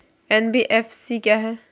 NBFC क्या है?